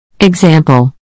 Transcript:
Example